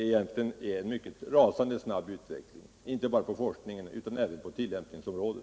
Utvecklingen är rasande snabb, inte bara inom forskningen utan även på tillämpningsområdet.